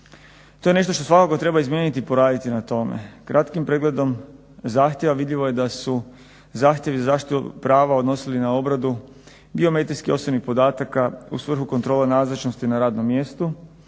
To je nešto što svakako treba izmijeniti i poraditi na tome. Kratkim pregledom zahtjeva vidljivo je da su zahtjevi za zaštitu prava odnosili na obradu geometrijskih osobnih podataka u svrhu kontrole nazočnosti na radnom mjestu,